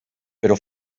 però